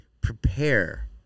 prepare